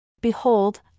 Behold